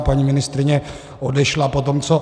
Paní ministryně odešla potom, co...